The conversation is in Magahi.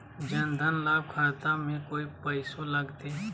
जन धन लाभ खाता में कोइ पैसों लगते?